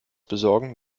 besorgen